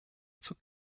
zur